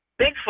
Bigfoot